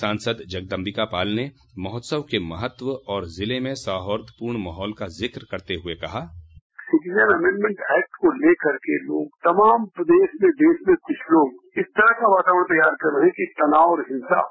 सांसद जगदम्बिका पाल ने महोत्सव के महत्व और जिले में सौहार्दपूर्ण माहौल का ज़िक्र करते हुए कहा बाइट सिटीजन अमेंटमेंट एक्ट को लेकर के लोग तमाम प्रदेश में देश में कुछ लोग इस तरह का वातावरण तैयार कर रहे है कि तनाव और हिंसा हो